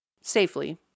safely